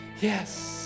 Yes